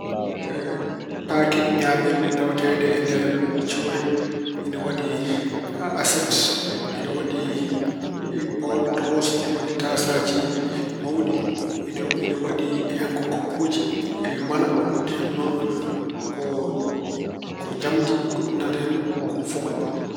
Kaake ñaamirɗe tawatee e nder cuurel, ina waɗi aset, ina waɗi bool tokosoo, ina waɗi tasaajo mawɗi. In- ina waɗi hen ko koppuuji mana, goɗɗi hen noon ko- ko njamndi, goɗɗi nana hen ko fuga.